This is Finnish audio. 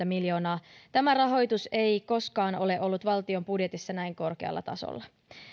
miljoonaa tämä rahoitus ei koskaan ole ollut valtion budjetissa näin korkealla tasolla